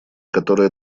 которая